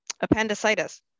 Appendicitis